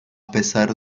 pesar